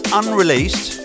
unreleased